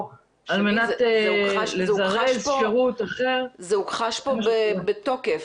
על מנת לזרז שירות אחר --- זה הוכחש פה בתוקף,